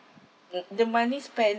the the money spent